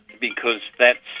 because that's.